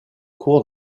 cour